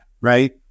right